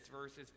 verses